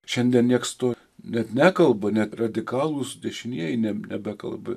šiandien nieks to net nekalba net radikalūs dešinieji nebekalba